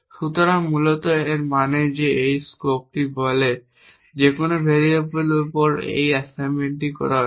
সুতরাং মূলত এর মানে হল যে এই স্কোপটি বলে যে কোন ভেরিয়েবলের উপর এই অ্যাসাইনমেন্টটি করা হয়েছে